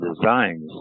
designs